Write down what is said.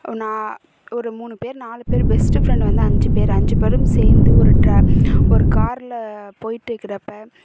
நான் ஒரு மூணு பேர் நாலு பேர் பெஸ்ட்டு ஃப்ரெண்ட் வந்து அஞ்சு பேர் அஞ்சு பேரும் சேர்ந்து ஒரு ட்ரா ஒரு காரில் போயிட்டு இருக்கிறப்ப